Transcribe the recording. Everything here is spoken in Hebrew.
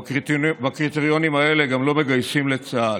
ובקריטריונים האלה גם לא מגייסים לצה"ל.